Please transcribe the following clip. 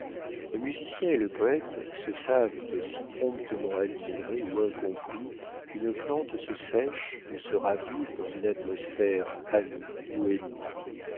le musicien et le poète se savent aussi promptement admirés ou incompris qu'une plante se sèche ou se ravive dans une atmosphère amie ou ennemie